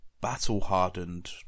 battle-hardened